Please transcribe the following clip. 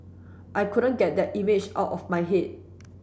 I couldn't get that image out of my head